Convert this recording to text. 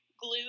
glue